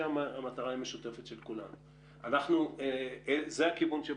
אנחנו חושבים שזה נכון,